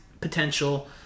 potential